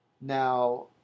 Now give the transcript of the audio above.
Now